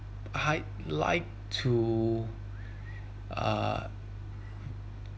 I like to uh